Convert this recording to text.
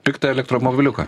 piktą elektromobiliuką